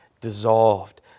dissolved